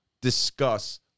discuss